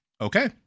Okay